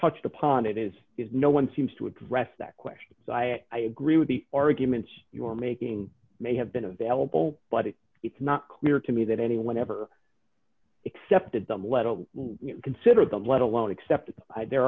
touched upon it is it no one seems to address that question i agree with the arguments you are making may have been available but it is not clear to me that anyone ever excepted them let alone will consider them let alone except i there